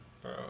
bro